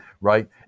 Right